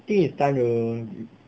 think is time to